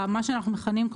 מה שאנחנו מכנים,